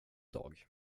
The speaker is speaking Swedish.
dag